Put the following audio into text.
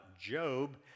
Job